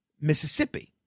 Mississippi